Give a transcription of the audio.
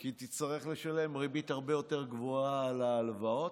כי נצטרך לשלם ריבית הרבה יותר גבוהה על ההלוואות.